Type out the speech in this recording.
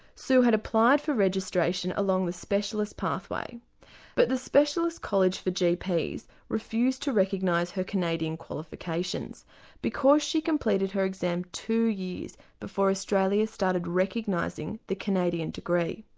sue had applied for registration along the specialist pathway but the specialist college for gps refused to recognise her canadian qualifications because she completed her exams two years before australia started recognising the canadian degree.